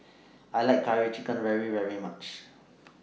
I like Curry Chicken very much